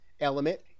element